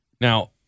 now